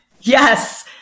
Yes